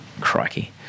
Crikey